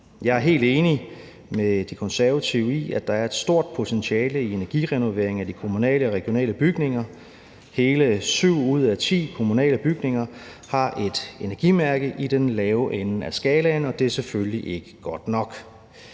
Jeg er helt enig med De Konservative i, at der er et stort potentiale i energirenoveringer i de kommunale og regionale bygninger. Hele syv ud af ti kommunale bygninger har et energimærke i den lave ende af skalaen. Det er selvfølgelig ikke godt nok.